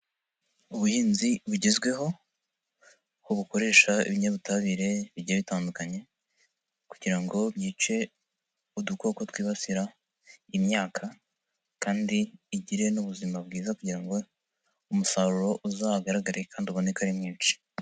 Ubuhinzi bugezweho bukoresha ibinyabutabire bigiye bitandukanye kugira ngo bice udukoko twibasira imyaka kandi igire n'ubuzima bwiza kugira ngo umusaruro uzagaragare kandi uboneka ari mwinshi.